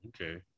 Okay